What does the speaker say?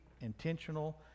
intentional